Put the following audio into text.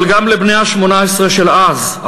אבל גם לבני ה-18 של אז,